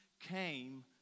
came